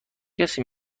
کسی